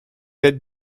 être